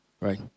right